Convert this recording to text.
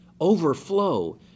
overflow